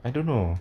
I don't know